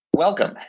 Welcome